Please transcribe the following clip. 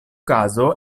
kazo